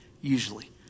usually